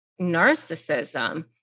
narcissism